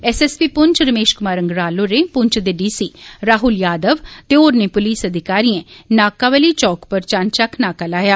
एस S P Poonch Ramesh Kumar Agrawal होरे पुंछ दे D C Rahul Yadav ते होरने पुलस अधिकारिए नाक्खा वाली चौक उप्पर चौनचक्क नाका लाया